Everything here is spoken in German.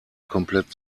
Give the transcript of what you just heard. komplett